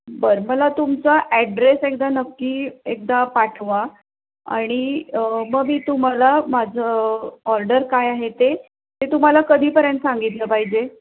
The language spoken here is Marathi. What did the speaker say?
बरं मला तुमचा ॲड्रेस एकदा नक्की एकदा पाठवा आणि मग मी तुम्हाला माझं ऑर्डर काय आहे ते ते तुम्हाला कधीपर्यंत सांगितलं पाहिजे